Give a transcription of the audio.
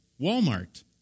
Walmart